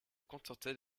contentait